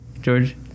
George